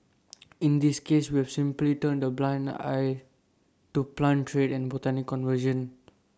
in this case we've simply turned A blind eye to plant trade and botanical conservation